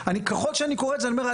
ככל שאני קורא את זה אני אומר,